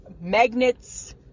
magnets